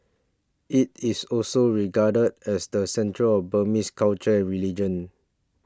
it is also regarded as the centre of Burmese culture and religion